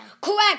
Correct